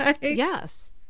Yes